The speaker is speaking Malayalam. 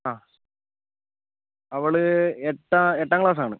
ആ അവൾ എട്ടാം എട്ടാം ക്ലാസ്സ് ആണ്